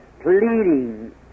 pleading